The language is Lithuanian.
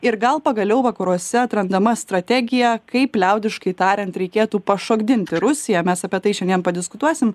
ir gal pagaliau vakaruose atrandama strategija kaip liaudiškai tariant reikėtų pašokdinti rusiją mes apie tai šiandien padiskutuosim